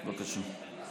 בבקשה.